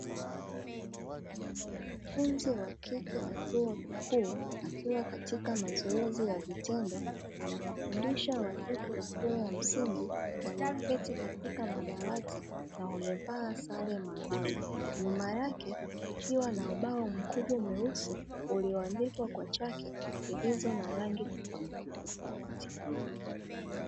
Mwanafunzi wa kike wa chuo kikuu akiwa katika mazoezi ya vitendo, anawafundisha wanafunzi wa shule ya msingi; walioketi katika madawati na wamevaa sare maalumu. Nyuma yake kukiwa na ubao mkubwa mweusi, ulioandikwa kwa chaki zilizo na rangi tofauti tofauti.